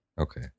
okay